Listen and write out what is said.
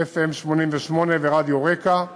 FM88 ורדיו רק"ע,